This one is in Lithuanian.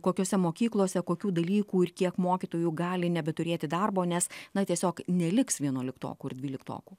kokiose mokyklose kokių dalykų ir kiek mokytojų gali nebeturėti darbo nes na tiesiog neliks vienuoliktokų ir dvyliktokų